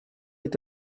est